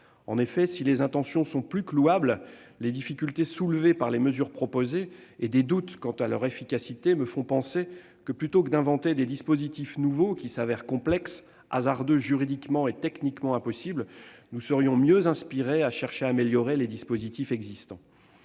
auteurs de ce texte sont plus que louables, les difficultés soulevées par les mesures proposées et les doutes qui peuvent naître quant à leur efficacité me font penser que, plutôt que d'inventer des dispositifs nouveaux qui s'avèrent complexes, juridiquement hasardeux et techniquement impossibles, nous serions mieux inspirés de chercher à améliorer les dispositifs existants.